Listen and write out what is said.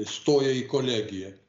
stoja į kolegiją